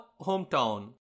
hometown